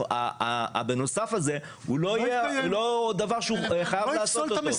ה-בנוסף הזה לא דבר שחייב להיעשות.